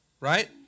right